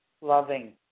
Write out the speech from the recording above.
loving